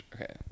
Okay